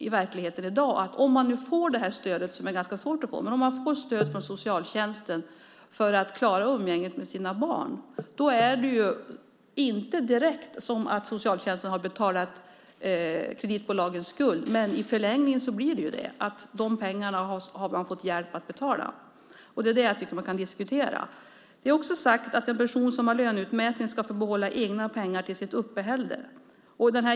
I verkligheten är det i dag så att får man detta stöd från socialtjänsten, som är svårt att få, för att klara umgänget med sina barn är det inte så att socialtjänsten direkt har betalat kreditbolagens skuld. Men i förlängningen blir det så att man har fått hjälp att betala de pengarna. Det kan man diskutera. Det är också sagt att en person som har löneutmätning ska få behålla egna pengar till sitt uppehälle.